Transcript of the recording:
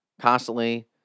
Constantly